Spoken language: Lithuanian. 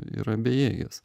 yra bejėgės